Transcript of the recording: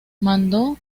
mandó